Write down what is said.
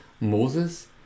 moses